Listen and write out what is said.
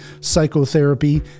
psychotherapy